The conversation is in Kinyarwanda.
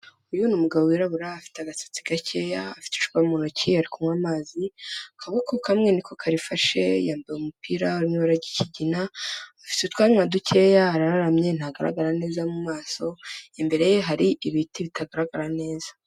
Uyu ni umugabo wirabura, afite agasatsi gakeya, afite icupa mu ntoki ari kunywa amazi, akaboko kamwe ni ko karifashe, yambaye umupira uri mu ibara ry'ikigina, afite utwanwa dukeya, araramye, ntagaragara neza mu maso, imbere ye hari ibiti bitagaragara neza.